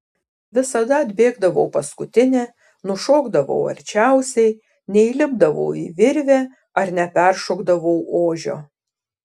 visada atbėgdavau paskutinė nušokdavau arčiausiai neįlipdavau į virvę ar neperšokdavau ožio